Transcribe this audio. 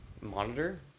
Monitor